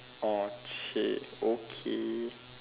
orh !chey! okay